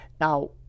Now